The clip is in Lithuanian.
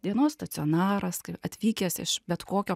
dienos stacionaras kai atvykęs iš bet kokio